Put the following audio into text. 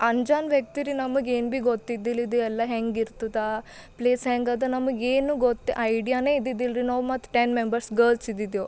ಅಂಜಾನ್ ವ್ಯಕ್ತಿ ರೀ ನಮಗೆ ಏನು ಬಿ ಗೊತ್ತಿದ್ದಿಲ್ಲ ಇದು ಎಲ್ಲ ಹೆಂಗಿರ್ತದ ಪ್ಲೇಸ್ ಹೆಂಗದ ನಮಗೇನು ಗೊತ್ತು ಐಡಿಯಾನೇ ಇದ್ದಿದ್ದಿಲ್ರಿ ನಾವು ಮತ್ತು ಟೆನ್ ಮೆಂಬರ್ಸ್ ಗರ್ಲ್ಸ್ ಇದ್ದಿದ್ದು